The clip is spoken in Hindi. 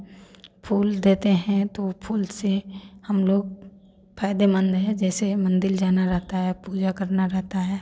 फूल देते हैं तो फूल से हम लोग फ़ायदेमंद है जैसे मंदिर जाना रहता है पूजा करना रहता है